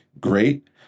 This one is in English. great